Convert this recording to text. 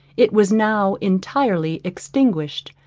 it was now entirely extinguished,